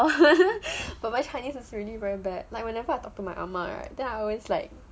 but my chinese is really very bad like whenever I talk to my ah ma right then I always like